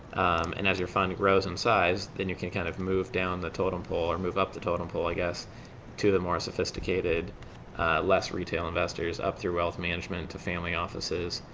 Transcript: and as your fund grows in size then you can kind of move down the totem pole or move up the totem pole i guess to a more sophisticated less retail investors up through wealth management, to family offices,